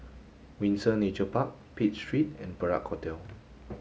Windsor Nature Park Pitt Street and Perak Hotel